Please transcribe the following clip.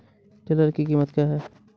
Tiller की कीमत क्या है?